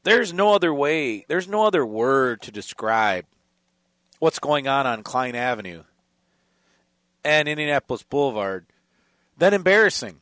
there's no other way there's no other word to describe what's going on on klein avenue and indianapolis boulevard that embarrassing